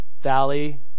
valley